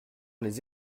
les